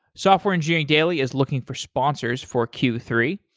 software engineering daily is looking for sponsors for q three.